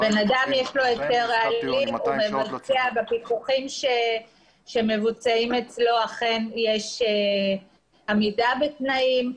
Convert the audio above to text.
לבן אדם יש היתר רעלים ובפיקוחים שמבוצעים אצלו אכן יש עמידה בתנאים.